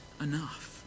enough